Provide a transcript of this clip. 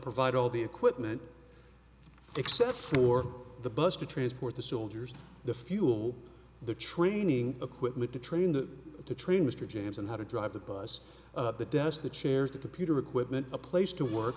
provide all the equipment except for the bus to transport the soldiers the fuel the training equipment to train them to train mr james and how to drive the bus the desk the chairs the puter equipment a place to work